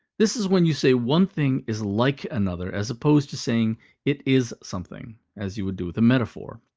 this is when you say one thing is like another, as opposed to saying it is something, as you would do with a metaphor.